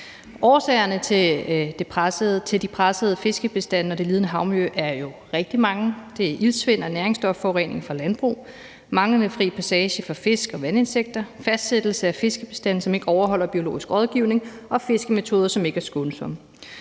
Årsagerne til de pressede fiskebestande og det lidende havmiljø er jo rigtig mange. Det er iltsvind, næringsstofforurening fra landbrug, manglende fri passage for fisk og vandinsekter, fastsættelse af fiskebestande, som ikke overholder biologisk rådgivning, og fiskemetoder, som ikke er skånsomme.